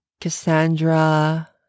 Cassandra